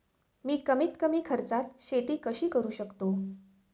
मी कमीत कमी खर्चात शेती कशी करू शकतो?